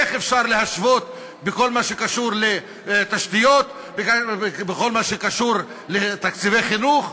איך אפשר להשוות בכל מה שקשור לתשתיות ובכל מה שקשור לתקציבי חינוך,